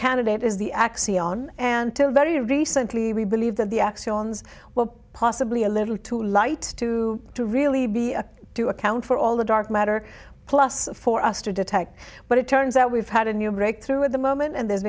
candidate is the x e on and till very recently we believe that the axioms were possibly a little too light to really be to account for all the dark matter plus for us to detect but it turns out we've had a new breakthrough at the moment and the